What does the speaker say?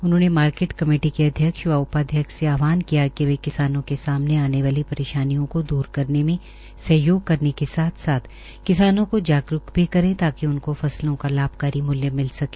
उन्होंने market committee के chairman व वाइस चेयरमैनों से आहवान किया कि वे किसानों के सामने आने वाली परेशानियों को दूर करने में सहयोग करने के साथ साथ किसानों को जागरूक भी करें ताकि उनको फसलों का लाभकारी मूल्य मिल सके